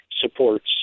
supports